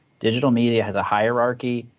digital media has a hierarchy,